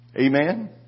Amen